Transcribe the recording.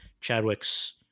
Chadwick's